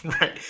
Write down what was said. right